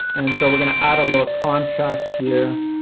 and so we're gonna add a little contrast here.